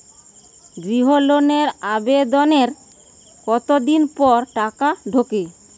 গৃহ লোনের আবেদনের কতদিন পর টাকা ঢোকে?